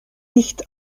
nicht